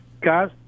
guys